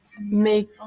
make